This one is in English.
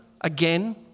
again